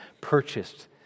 purchased